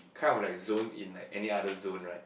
kind of like zone in like any other zone right